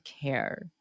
care